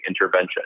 intervention